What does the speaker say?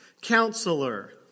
Counselor